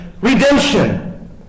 redemption